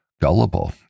gullible